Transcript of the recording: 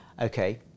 Okay